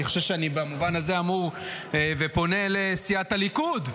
אני חושב שבמובן הזה אני פונה לסיעת הליכוד: